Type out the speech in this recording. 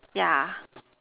ya